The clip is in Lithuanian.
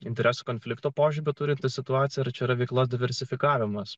interesų konflikto požymių turinti situacija ar čia yra veiklos diversifikavimas